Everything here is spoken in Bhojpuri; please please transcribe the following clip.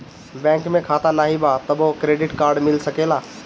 बैंक में खाता नाही बा तबो क्रेडिट कार्ड मिल सकेला?